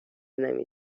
نمی